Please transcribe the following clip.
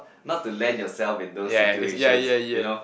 not to land yourself in those situations you know